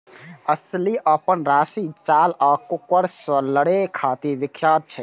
असील अपन राजशी चाल आ कुकुर सं लड़ै खातिर विख्यात छै